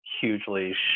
hugely